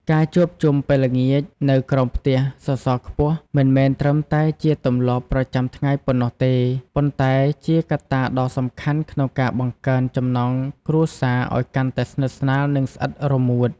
ការជួបជុំពេលល្ងាចនៅក្រោមផ្ទះសសរខ្ពស់មិនមែនត្រឹមតែជាទម្លាប់ប្រចាំថ្ងៃប៉ុណ្ណោះទេ ប៉ុន្តែជាកត្តាដ៏សំខាន់ក្នុងការបង្កើនចំណងគ្រួសារឱ្យកាន់តែស្និទ្ធស្នាល និងស្អិតរមួត។